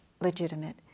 legitimate